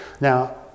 Now